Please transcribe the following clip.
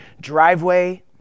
driveway